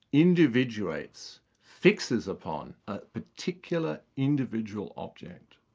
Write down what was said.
individuates, fixes upon a particular individual object,